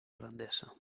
grandesa